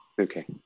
Okay